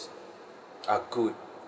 are good